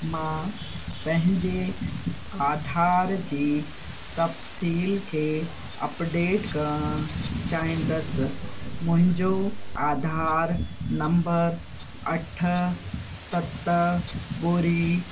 मां पंहिंजे आधार जी तफ़सील खे अपडेट करणु चाहींदसि मुंहिंजो आधार नंबर अठ सत ॿुड़ी